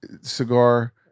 cigar